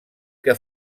que